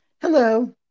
Hello